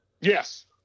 Yes